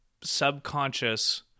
subconscious